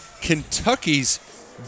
Kentucky's